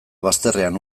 bazterrean